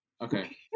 okay